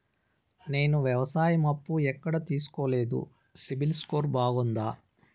నేను వ్యవసాయం అప్పు ఎక్కడ తీసుకోలేదు, సిబిల్ స్కోరు బాగుందా?